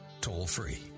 toll-free